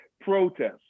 protests